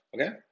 okay